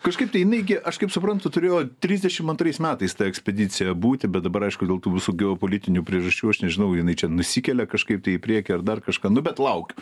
kažkaip tai jinai gi aš kaip suprantu turėjo trisdešimt antrais metais ta ekspedicija būti bet dabar aišku dėl tų visų geopolitinių priežasčių aš nežinau jinai čia nusikelia kažkaip tai į priekį ar dar kažką nu bet laukiu